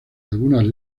algunas